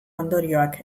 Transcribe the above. ondorioak